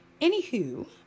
Anywho